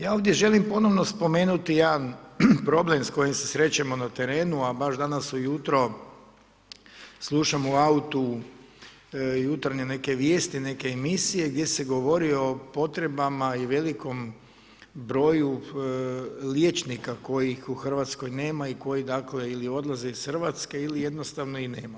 Ja ovdje želim ponovno spomenuti jedan problem s kojim se srećemo na terenu, a baš danas ujutro slušam u autu jutarnje neke vijesti, neke emisije gdje se govori o potrebama i velikom broju liječnika kojih u RH nema i koji, dakle, ili odlaze iz RH ili jednostavno ih nema.